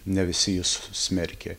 ne visi jus smerkė